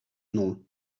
nom